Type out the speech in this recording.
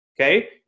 okay